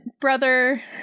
brother